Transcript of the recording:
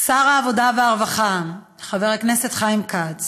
שר העבודה והרווחה חבר הכנסת חיים כץ